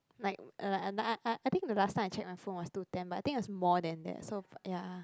like er uh uh I think the last time I check my phone was two ten but I think is more than that so ya